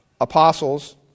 apostles